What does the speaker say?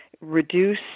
reduce